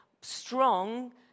strong